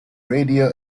radio